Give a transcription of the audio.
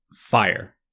Fire